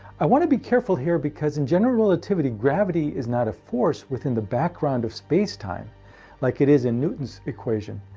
i want to be careful here because, in general relativity, gravity is not a force within the background of space and time like it is in newton's equation,